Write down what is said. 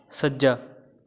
ਸੱਜਾ